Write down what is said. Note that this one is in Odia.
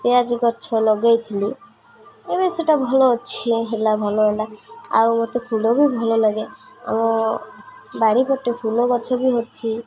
ପିଆଜ ଗଛ ଲଗାଇଥିଲି ଏବେ ସେଇଟା ଭଲ ଅଛି ହେଲା ଭଲ ହେଲା ଆଉ ମୋତେ ଫୁଲ ବି ଭଲ ଲାଗେ ଆଉ ବାଡ଼ି ପଟେ ଫୁଲ ଗଛ ବି ଅଛି